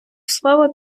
слово